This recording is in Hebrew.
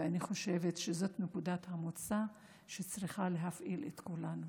ואני חושבת שזאת נקודת המוצא שצריכה להפעיל את כולם.